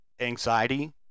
anxiety